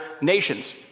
nations